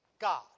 God